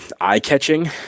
eye-catching